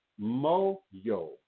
moyo